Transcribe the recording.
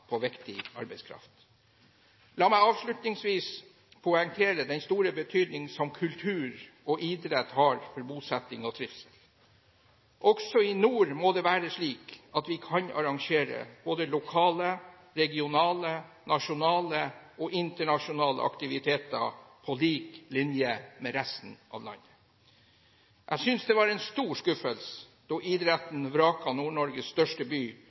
på viktig arbeidskraft. La meg avslutningsvis poengtere den store betydningen som kultur og idrett har for bosetting og trivsel. Også i nord må det være slik at vi kan arrangere både lokale, regionale, nasjonale og internasjonale aktiviteter, på lik linje med resten av landet. Jeg syntes det var en stor skuffelse da idretten vraket Nord-Norges største by